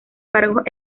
cargos